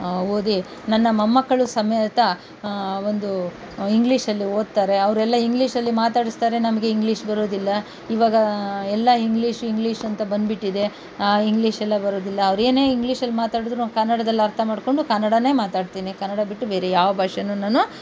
ಓದಿ ನನ್ನ ಮೊಮ್ಮಕ್ಕಳು ಸಮೇತ ಒಂದು ಇಂಗ್ಲೀಷಲ್ಲಿ ಓದ್ತಾರೆ ಅವರೆಲ್ಲ ಇಂಗ್ಲೀಷಲ್ಲಿ ಮಾತಾಡಸ್ತಾರೆ ನಮಗೆ ಇಂಗ್ಲೀಷ್ ಬರೋದಿಲ್ಲ ಇವಾಗ ಎಲ್ಲ ಇಂಗ್ಲೀಷ್ ಇಂಗ್ಲೀಷ್ ಅಂತ ಬಂದ್ಬಿಟ್ಟಿದೆ ಆ ಇಂಗ್ಲೀಷೆಲ್ಲ ಬರೋದಿಲ್ಲ ಅವ್ರು ಏನೇ ಇಂಗ್ಲೀಷಲ್ಲಿ ಮಾತಾಡಿದ್ರೂ ನಾನು ಕನ್ನಡದಲ್ಲಿ ಅರ್ಥ ಮಾಡಿಕೊಂಡು ಕನ್ನಡವೇ ಮಾತಾಡ್ತೀನಿ ಕನ್ನಡ ಬಿಟ್ಟು ಬೇರೆ ಯಾಬ ಭಾಷೆಯೂ ನಾನು